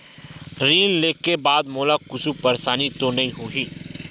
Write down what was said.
ऋण लेके बाद मोला कुछु परेशानी तो नहीं होही?